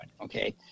Okay